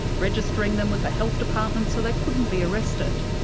registering them with the health department so they couldn't be arrested.